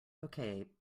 okay